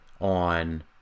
on